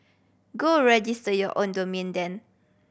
go register your own domain then